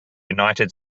united